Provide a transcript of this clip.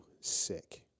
sick